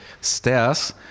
stairs